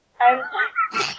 I'm-